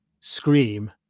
scream